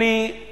אדוני,